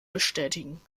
bestätigen